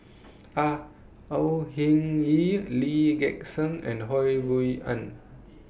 Au O Hing Yee Lee Gek Seng and Ho Rui An